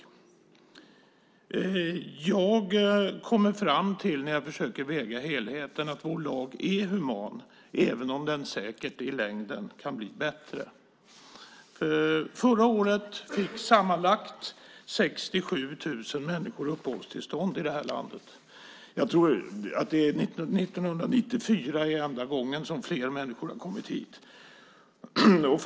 När jag försöker väga helheten kommer jag fram till att vår lag är human, även om den säkert i längden kan bli bättre. Förra året fick sammanlagt 67 000 människor uppehållstillstånd i det här landet. Den enda gången fler människor har kommit hit är 1994.